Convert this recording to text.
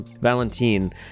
valentine